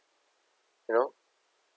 you know